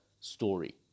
story